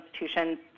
institutions